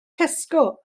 tesco